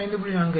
95 5